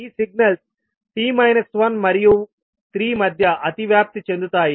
ఈ సిగ్నల్స్ మరియు 3 మధ్య అతివ్యాప్తి చెందుతాయి